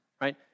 right